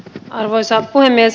arvoisa puhemies